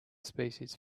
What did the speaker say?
species